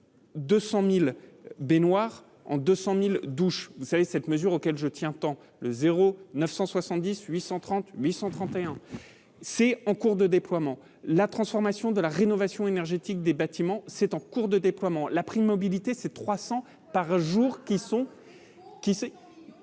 200000 baignoires en 200000 douche, vous savez, cette mesure auquel je tiens tant le 0 970 830131 c'est en cours de déploiement, la transformation de la rénovation énergétique des bâtiments, c'est en cours de déploiement, la prime de mobilité, c'est 300 par jour qui sont,